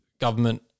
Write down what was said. government